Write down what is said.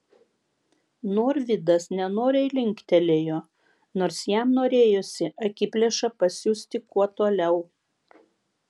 norvydas nenoriai linktelėjo nors jam norėjosi akiplėšą pasiųsti kuo toliau